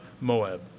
Moab